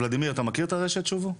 ולדימיר, אתה מכיר את רשת שובו?